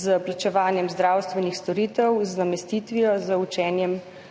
s plačevanjem zdravstvenih storitev, z namestitvijo, z učenjem